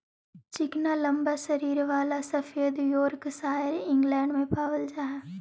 चिकना लम्बा शरीर वाला सफेद योर्कशायर इंग्लैण्ड में पावल जा हई